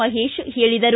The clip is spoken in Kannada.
ಮಹೇಶ್ ಹೇಳಿದರು